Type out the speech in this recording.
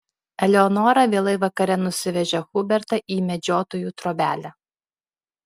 eleonora vėlai vakare nusivežė hubertą į medžiotojų trobelę